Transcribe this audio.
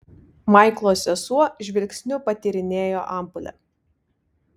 maiklo sesuo žvilgsniu patyrinėjo ampulę